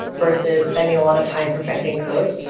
versus spending a lot of time perfecting code.